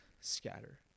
scatter